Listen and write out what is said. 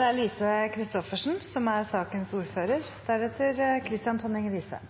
er det brukt uttrykk som: